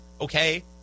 okay